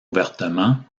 ouvertement